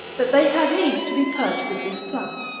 that they had need to be purged with this plant.